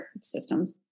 systems